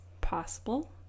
possible